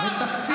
אתה,